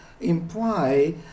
imply